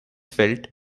felt